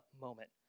moment